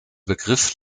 begriff